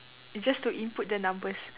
it's just to input the numbers